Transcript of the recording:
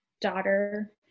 daughter